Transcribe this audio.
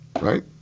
right